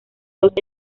los